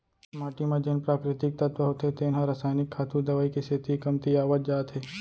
माटी म जेन प्राकृतिक तत्व होथे तेन ह रसायनिक खातू, दवई के सेती कमतियावत जात हे